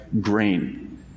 grain